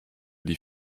die